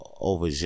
over